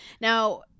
Now